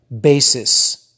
basis